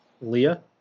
Leah